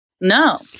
no